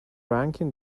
rankin